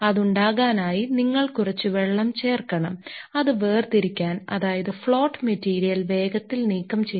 അത് ഉണ്ടാവാനായി നിങ്ങൾ കൊറച്ചു വെള്ളം ചേർക്കണം അത് വേർതിരിക്കാൻ അതായത് ഫ്ളോട്ട് മെറ്റീരിയൽ വേഗത്തിൽ നീക്കം ചെയ്യാൻ സഹായിക്കും